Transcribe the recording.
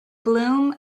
bloom